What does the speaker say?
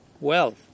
wealth